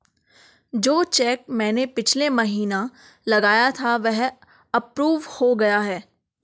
जो चैक मैंने पिछले महीना लगाया था वह अप्रूव हो गया है